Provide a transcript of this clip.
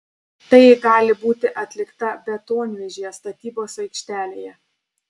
tai gali būti atlikta betonvežyje statybos aikštelėje